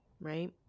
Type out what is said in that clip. right